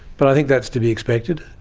but i think that's to be expected.